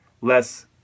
less